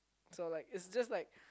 so like is just like